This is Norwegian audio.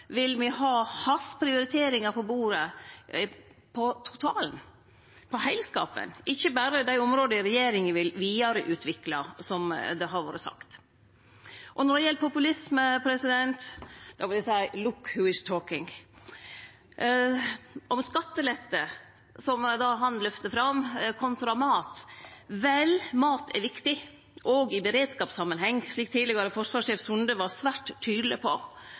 vil me ha hans prioriteringar på bordet når det gjeld totalen, heilskapen, ikkje berre på dei områda regjeringa vil vidareutvikle, som det har vore sagt. Når det gjeld populisme, vil eg seie: Look who’s talking! Om skattelette, som Tybring-Gjedde lyfta fram, kontra mat: Vel, mat er viktig, òg i beredskapssamanheng, slik tidlegare forsvarssjef Sunde var svært tydeleg på.